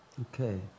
Okay